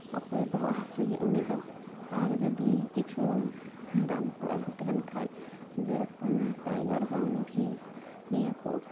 ᱚᱠᱚᱭ ᱵᱚᱦᱚᱜ ᱦᱟᱹᱥᱩᱭᱮ ᱩᱱᱤ ᱫᱚ ᱟᱨ ᱡᱩᱫᱤ ᱠᱤᱪᱷᱩ ᱟᱱ ᱠᱚ ᱟᱹᱜᱩ ᱛᱟᱦᱮᱱ ᱠᱷᱟᱡ ᱡᱮ ᱨᱚᱠᱚᱢ ᱴᱟᱭᱜᱟᱨ ᱵᱟᱢ ᱯᱷᱤᱥ ᱱᱤᱭᱟᱹᱠᱚ